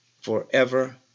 Forever